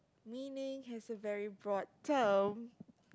meaning has a very broad term